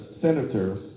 senators